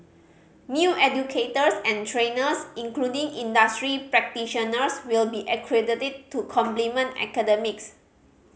new educators and trainers including industry practitioners will be accredited to complement academics